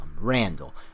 Randall